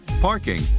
parking